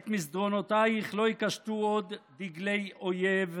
את מסדרונותייך לא יקשטו עוד דגלי אויב,